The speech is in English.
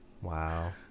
Wow